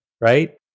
right